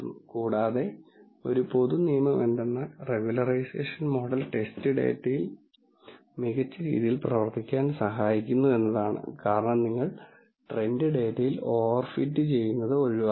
കൂടാതെ ഒരു പൊതു നിയമം എന്തെന്നാൽ റെഗുലറൈസേഷൻ മോഡൽ ടെസ്റ്റ് ഡാറ്റയിൽ മികച്ച രീതിയിൽ പ്രവർത്തിക്കാൻ സഹായിക്കുന്നു എന്നതാണ് കാരണം നിങ്ങൾ ട്രെയിൻഡ് ഡാറ്റയിൽ ഓവർഫിറ്റ് ചെയ്യുന്നത് ഒഴിവാക്കുന്നു